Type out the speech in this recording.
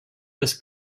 das